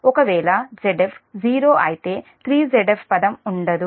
ఒకవేళ Zf 0 అయితే 3Zf పదం ఉండదు